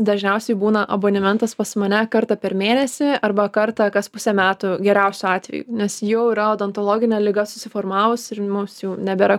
dažniausiai būna abonementas pas mane kartą per mėnesį arba kartą kas pusę metų geriausiu atveju nes jau yra odontologinė liga susiformavus ir mums jau nebėra